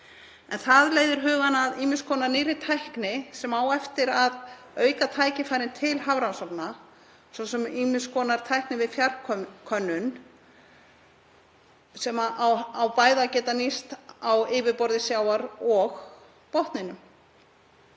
Það leiðir hugann að ýmiss konar nýrri tækni sem á eftir að auka tækifæri til hafrannsókna, svo sem ýmiss konar tækni við fjarkönnun sem á bæði að geta nýst á yfirborði sjávar og á botninum.